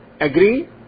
Agree